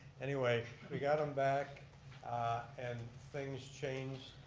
anyway we got him back and things changed.